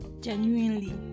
genuinely